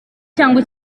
cyangwa